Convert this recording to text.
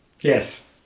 Yes